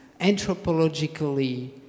anthropologically